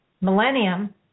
millennium